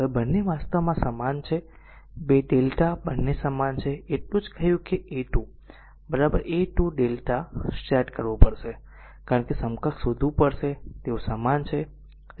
હવે બંને વાસ્તવમાં સમાન છે 2 અને 2 Δ બંને સમાન છે માત્ર એટલું જ કહ્યું કે a 2 lrm a 2 lrmΔ set કરવું કારણ કે સમકક્ષ શોધવું પડશે તેથી તેઓ સમાન હશે